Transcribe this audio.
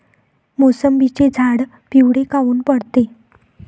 मोसंबीचे झाडं पिवळे काऊन पडते?